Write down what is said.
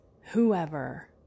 whoever